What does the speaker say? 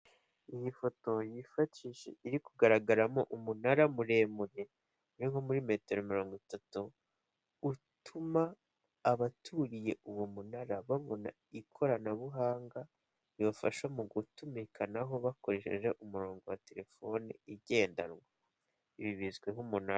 Iyi foto yifashishije iri kugaragaramo umunara muremure uri nko muri metero mirongo itatu, utuma abaturiye uwo munara babona ikoranabuhanga ribafasha mu gutumikanaho bakoresheje umurongo wa telefoni igendanwa ibi bizwi nk'umunara.